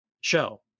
show